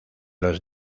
los